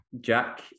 Jack